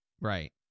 Right